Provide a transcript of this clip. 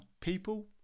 People